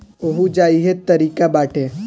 ओहुजा इहे तारिका बाटे